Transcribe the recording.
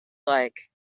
like